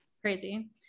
Crazy